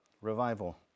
Revival